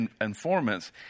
informants